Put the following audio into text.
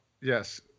yes